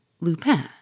Lupin